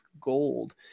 gold